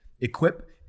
equip